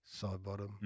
Sidebottom